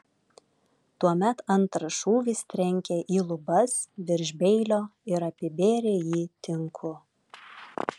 tuomet antras šūvis trenkė į lubas virš beilio ir apibėrė jį tinku